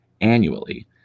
annually